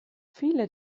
viele